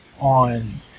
on